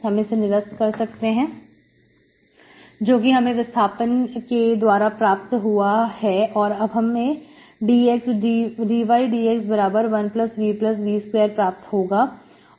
हम इसे निरस्त कर सकते हैं जो कि हमें विस्थापन के द्वारा प्राप्त हुआ है और अब हमें dydx 1VV2 प्राप्त होगा